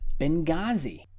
Benghazi